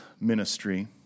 ministry